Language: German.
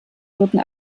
wirken